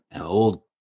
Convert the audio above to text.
old